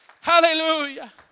Hallelujah